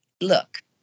look